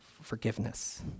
forgiveness